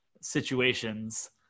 situations